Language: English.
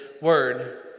word